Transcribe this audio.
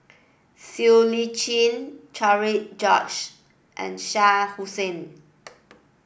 Siow Lee Chin Cherian George and Shah Hussain